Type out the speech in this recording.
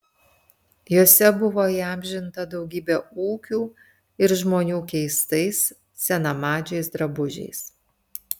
jose buvo įamžinta daugybė ūkių ir žmonių keistais senamadžiais drabužiais